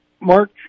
Mark